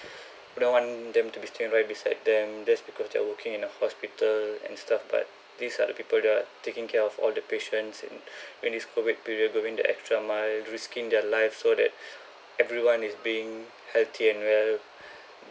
I wouldn't want them to be sitting right beside them just because they are working in a hospital and stuff but these are the people there taking care of all the patients and when it's COVID period going the extra mile risking their life so that everyone is being healthy and well